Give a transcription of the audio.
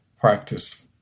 practice